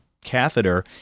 catheter